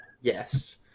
Yes